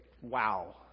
Wow